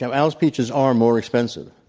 um al's peaches are more expensive.